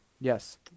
Yes